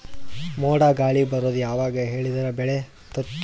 ಮೋಡ ಗಾಳಿ ಬರೋದು ಯಾವಾಗ ಹೇಳಿದರ ಬೆಳೆ ತುರಬಹುದು?